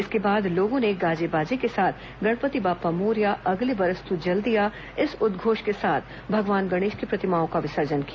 इसके बाद लोगों ने बाजे गाजे के साथ गणपति बप्पा मोरया अगले बरस तू जल्दी आ के उद्घोष के साथ भगवान गणेश की प्रतिमाओं का विसर्जन किया